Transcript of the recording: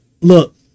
look